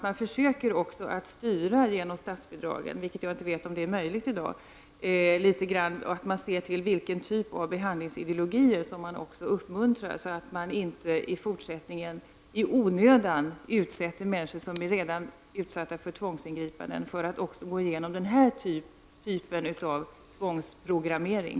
Jag hoppas också att man — såvitt möjligt — försöker styra genom statsbidragen och tänker på vilken behandlingsideologi man vill uppmuntra, så att man inte i fortsättningen i onödan utsätter människor, som redan är utsatta för tvångsingripanden, för att också gå igenom den här typen av tvångsprogrammering.